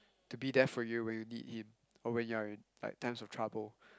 to be there for you when you need him or when you are in like times of trouble